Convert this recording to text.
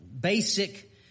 basic